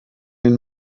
den